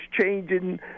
changing